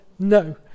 No